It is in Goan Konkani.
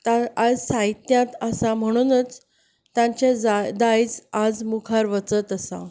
आयज साहित्यांत आसा म्हणनूच तांचें दायज आयज मुखार वचत आसा